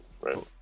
right